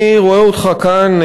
אני רואה אותך כאן,